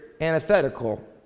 antithetical